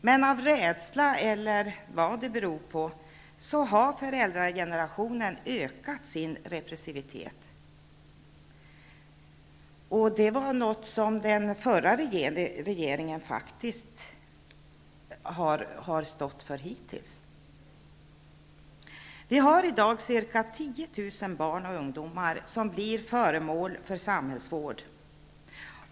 Men av rädsla, eller vad det nu kan bero på, har föräldragenerationen ökat sin repressivitet. Det är faktiskt något som den förra regeringen hittills har stått för. I dag blir ca 10 000 barn och ungdomar föremål för samhällsvård.